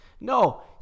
no